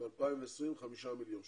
ב-2020 חמישה מיליון שקלים.